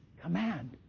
command